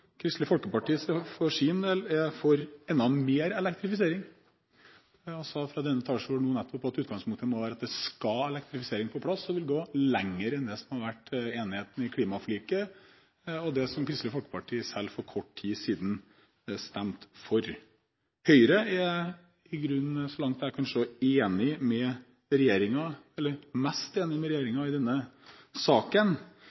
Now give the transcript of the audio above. Kristelig Folkeparti er for enda mer elektrifisering. Representanten Ropstad sa fra denne talerstolen nå nettopp at utgangspunktet må være at elektrifisering skal på plass. Man vil gå lenger enn det som det har vært enighet om i klimaforliket, og det som Kristelig Folkeparti selv for kort tid siden stemte for. Høyre er, så langt jeg kan se, mest enig med